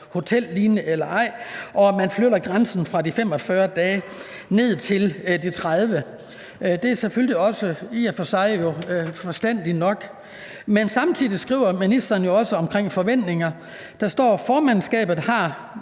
hotellignende eller ej, og at man sænker grænsen fra 45 dage til 30 dage. Det er selvfølgelig i og for sig forstandigt nok, men samtidig skriver ministeren jo også noget om forventningerne. Der står, at formandskabet har